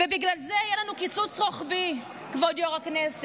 ובגלל זה יהיה לנו קיצוץ רוחבי, כבוד יו"ר הכנסת,